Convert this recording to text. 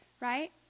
right